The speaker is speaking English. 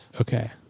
Okay